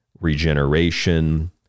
regeneration